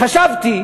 חשבתי